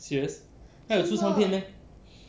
serious 她有出唱片 meh